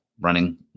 running